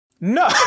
No